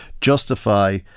justify